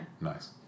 Nice